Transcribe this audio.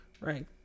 right